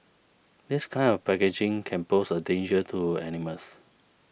this kind of packaging can pose a danger to animals